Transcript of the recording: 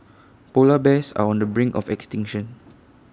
Polar Bears are on the brink of extinction